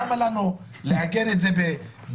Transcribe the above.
למה לנו לעגן את זה בחקיקה?".